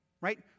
Right